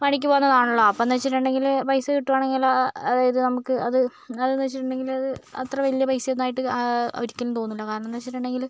പണിക്ക് പോവുന്നതാണല്ലോ അപ്പോന്ന് വെച്ചിട്ടുണ്ടെങ്കില് പൈസ കിട്ടുവാണെങ്കിലും അത് നമുക്ക് അത് അതെന്ന് വെച്ചിട്ടുണ്ടെങ്കില് അത് അത്ര വലിയ പൈസയൊന്നുമായിട്ട് ഒരിക്കലും തോന്നില്ല കാരണമെന്ന് വെച്ചിട്ടുണ്ടെങ്കില്